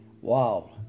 wow